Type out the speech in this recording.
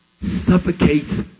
suffocates